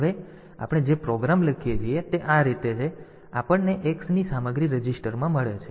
હવે આપણે જે પ્રોગ્રામ લખીએ છીએ તે આ રીતે છે આપણને X ની સામગ્રી રજીસ્ટરમાં મળે છે